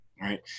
right